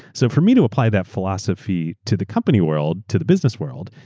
so for me, to apply that philosophy to the company world, to the business world,